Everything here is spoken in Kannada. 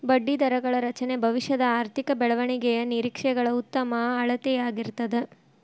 ಬಡ್ಡಿದರಗಳ ರಚನೆ ಭವಿಷ್ಯದ ಆರ್ಥಿಕ ಬೆಳವಣಿಗೆಯ ನಿರೇಕ್ಷೆಗಳ ಉತ್ತಮ ಅಳತೆಯಾಗಿರ್ತದ